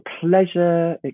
pleasure